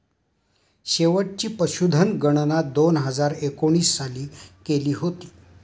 शेवटची पशुधन गणना दोन हजार एकोणीस साली केली होती